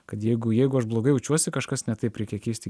kad jeigu jeigu aš blogai jaučiuosi kažkas ne taip reikia keisti